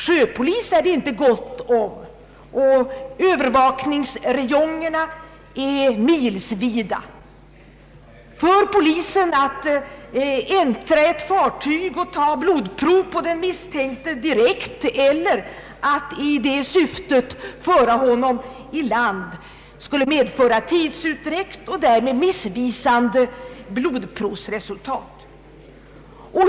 Sjöpolis är det inte gott om och övervakningsräjongerna är milsvida. Om polisen skulle äntra ett fartyg för att ta blodprov på den misstänkte direkt eller i det syftet föra honom i land skulle detta medföra tidsutdräkt och därmed missvisande blodprovsresultat.